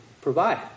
provide